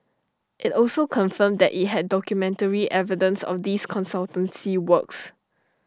IT also confirmed that IT had documentary evidence of these consultancy works